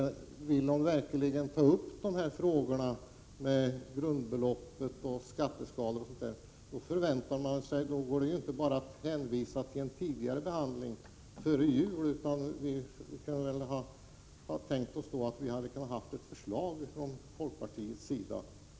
Vill Britta Bjelle verkligen ta upp frågorna om grundbeloppet och skatteskalorna? I så fall går det inte bara att hänvisa till en behandling som skedde före jul. Man hade i stället väntat sig ett förslag från folkpartiets sida.